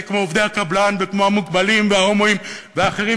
כמו עובדי הקבלן וכמו המוגבלים וההומואים ואחרים,